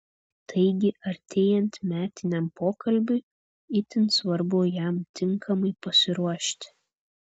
taigi artėjant metiniam pokalbiui itin svarbu jam tinkamai pasiruošti